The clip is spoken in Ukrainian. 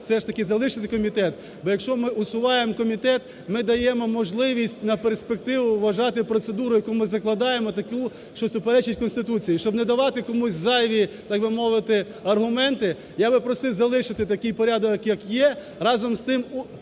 все ж таки залишити комітет. Бо якщо ми усуваємо комітет ми даємо можливість на перспективу вважати процедуру, яку ми закладаємо таку, що суперечить Конституції, щоб не давати комусь зайві, так би мовити, аргументи. Я би просив залишити такий порядок як є, разом з тим,